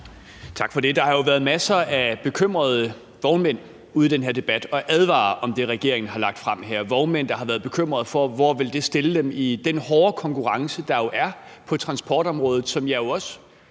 den her debat har der jo været masser af bekymrede vognmænd ude at advare om det, regeringen har lagt frem her – vognmænd, der har været bekymret for, hvor det vil stille dem i den hårde konkurrence, der jo er på transportområdet. Det